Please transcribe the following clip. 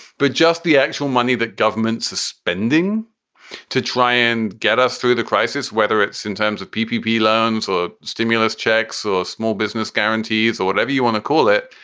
but just the actual money that governments are spending to try and get us through the crisis, whether it's in terms of ppv loans or stimulus checks or small business guarantees or whatever you want to call it,